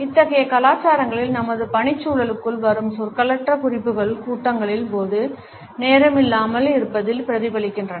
இத்தகைய கலாச்சாரங்களில் நமது பணிச்சூழலுக்குள் வரும் சொற்களற்ற குறிப்புகள் கூட்டங்களின் போது நேரமில்லாமல் இருப்பதில் பிரதிபலிக்கின்றன